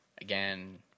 again